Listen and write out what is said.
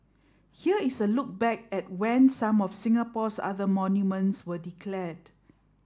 here is a look back at when some of Singapore's other monuments were declared